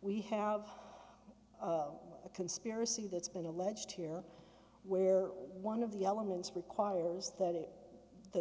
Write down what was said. we have a conspiracy that's been alleged here where one of the elements requires that it that